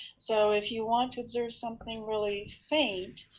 so if you want to observe something really faint,